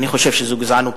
אני חושב שזו גזענות,